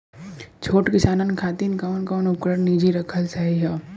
छोट किसानन खातिन कवन कवन उपकरण निजी रखल सही ह?